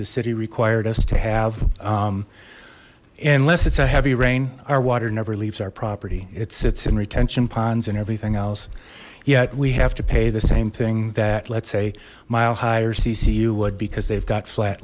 the city required us to have unless it's a heavy rain our water never leaves our property it's it's in retention ponds and everything else yet we have to pay the same thing that let's say mile high or cc you would because they've got flat